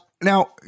now